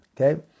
Okay